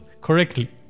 correctly